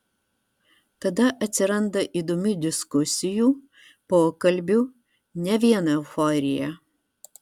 tada atsiranda įdomių diskusijų pokalbių ne vien euforija